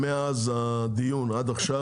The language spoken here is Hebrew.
מאז הדיון ועד עכשיו,